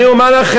אני אומר לכם,